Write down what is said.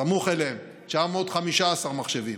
סמוך אליהם 915 מחשבים,